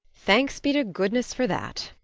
thanks be to goodness for that,